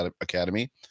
Academy